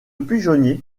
pigeonnier